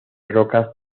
rocas